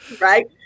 right